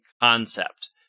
concept